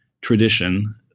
tradition